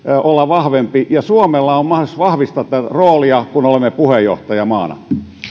olla vahvempi ja suomella on mahdollisuus vahvistaa tätä roolia kun olemme puheenjohtajamaana